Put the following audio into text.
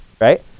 right